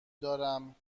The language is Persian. دارم